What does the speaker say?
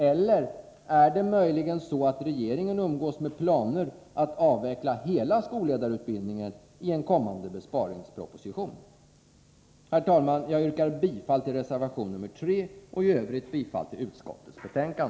Eller är det möjligen så, att regeringen umgås med planer på att avveckla hela skolledarutbildningen i en kommande besparingsproposition? Herr talman! Jag yrkar bifall till reservation nr 3 och i övrigt bifall till utskottets hemställan.